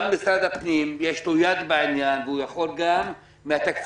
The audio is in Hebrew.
גם משרד הפנים יש לו יד בעניין והוא יכול גם מהתקציב